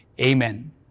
amen